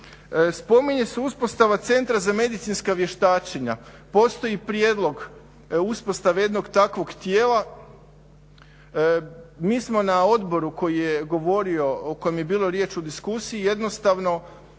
spominje se uspostava Centra za medicinska vještačenja, postoji prijedlog uspostave jednog takvog tijela. Mi smo na odboru koji je govorio, o kojem je bilo riječ u diskusiji jednostavno